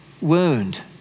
wound